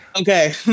Okay